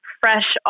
fresh